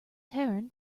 taran